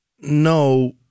No